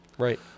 Right